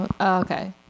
okay